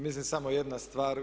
Mislim samo jedna stvar.